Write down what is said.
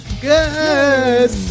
Good